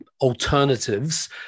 alternatives